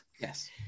Yes